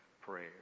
prayer